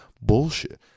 bullshit